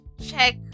check